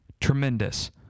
Tremendous